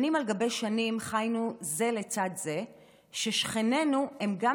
שנים על גבי שנים חיינו זה לצד זה כששכנינו הם גם